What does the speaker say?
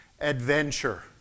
Adventure